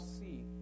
see